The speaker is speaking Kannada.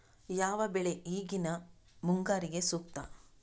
ಯಾವ ಬೆಳೆ ಈಗಿನ ಮುಂಗಾರಿಗೆ ಸೂಕ್ತ?